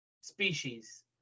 species